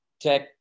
tech